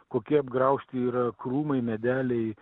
kokie apgraužti yra krūmai medeliai